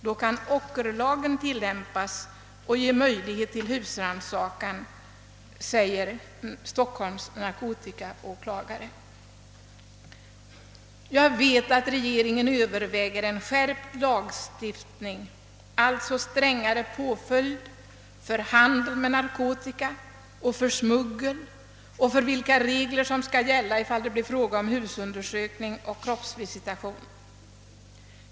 Då kan ockerlagen tillämpas och ge möjlighet till husrannsakan.» Jag vet att regeringen överväger en skärpt lagstiftning med strängare påföljd för handeln med narkotika och smuggel samt regler för husundersökning och kroppsvisitation.